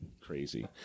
crazy